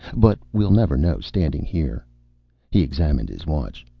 but we'll never know standing here he examined his watch.